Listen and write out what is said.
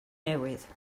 newydd